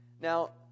Now